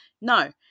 No